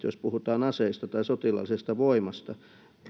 jos puhutaan aseista tai sotilaallisesta voimasta